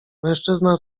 mężczyzna